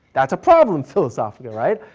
that's a problem philosophically, right?